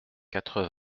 quatre